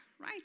right